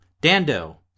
Dando